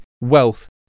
wealth